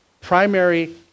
primary